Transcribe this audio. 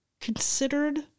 considered